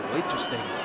interesting